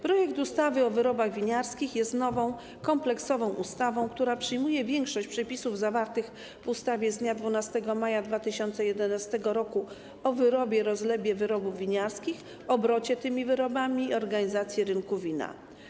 Projekt ustawy o wyrobach winiarskich jest nową, kompleksową ustawą, która przyjmuje większość przepisów zawartych w ustawie z dnia 12 maja 2011 r. o wyrobie, rozlewie wyrobów winiarskich, obrocie tymi wyrobami i organizacji rynku wina.